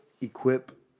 equip